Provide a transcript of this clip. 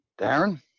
Darren